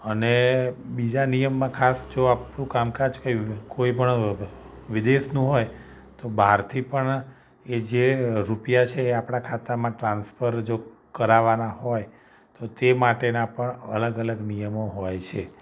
અને બીજા નિયમમાં ખાસ જો આપણું કામકાજ કઈ કોઈપણ વિદેશનું હોય તો બહારથી પણ એ જે રૂપિયા છે એ આપણા ખાતામાં ટ્રાન્સફર જો કરાવવાના હોય તે માટેના પણ અલગ અલગ નિયમો હોય છે